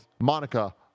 Monica